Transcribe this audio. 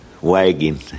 wagon